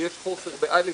יש חוסר ב-א',